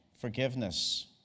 forgiveness